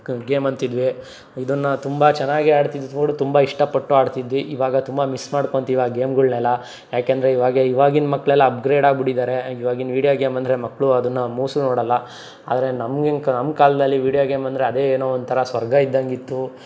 ಗ್ ಗೇಮ್ ಅಂತಿದ್ವಿ ಇದನ್ನು ತುಂಬ ಚೆನ್ನಾಗಿಯೇ ಆಡ್ತಿದ್ವಿ ಪೋರ್ಡ್ ತುಂಬ ಇಷ್ಟಪಟ್ಟು ಆಡ್ತಿದ್ವಿ ಇವಾಗ ತುಂಬ ಮಿಸ್ ಮಾಡ್ಕೊಳ್ತೀವಿ ಆ ಗೇಮ್ಗಳ್ನೆಲ್ಲ ಏಕೆಂದ್ರೆ ಇವಾಗೆ ಇವಾಗಿನ ಮಕ್ಕಳೆಲ್ಲ ಅಪ್ಗ್ರೇಡ್ ಆಗ್ಬಿಟ್ಟಿದ್ದಾರೆ ಇವಾಗಿನ ವೀಡಿಯೋ ಗೇಮಂದ್ರೆ ಮಕ್ಕಳು ಅದನ್ನು ಮೂಸಿಯೂ ನೋಡಲ್ಲ ಆದರೆ ನಮ್ಗೆಂಗೆ ನಮ್ಮ ಕಾಲದಲ್ಲಿ ವೀಡಿಯೋ ಗೇಮಂದರೆ ಅದೇ ಏನೋ ಒಂಥರ ಸ್ವರ್ಗ ಇದ್ದಂಗಿತ್ತು